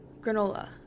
granola